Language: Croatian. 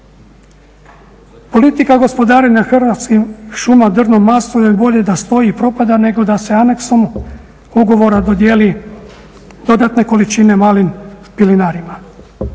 Politika gospodarenja Hrvatskih šuma drvnom masom je bolje da stoji i propada, nego da se aneksom ugovora dodijeli dodatne količine malim pilinarima.